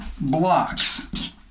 blocks